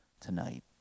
tonight